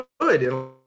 good